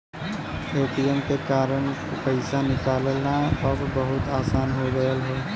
ATM के कारन पइसा निकालना अब बहुत आसान हो गयल हौ